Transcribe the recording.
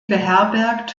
beherbergt